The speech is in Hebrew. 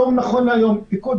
בחודש